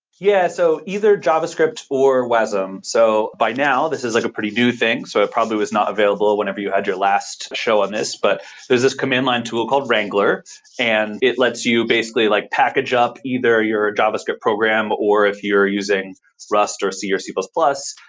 yeah. so, either javascript javascript or wasm. so, by now, this is like a pretty new thing. so it probably was not available whenever you had your last show on this, but there's this command line tool called wrangler and it lets you basically like package up either your javascript program or if you're using rust, or c, or c plus plus.